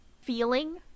feeling